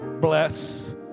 bless